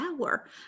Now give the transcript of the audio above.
hour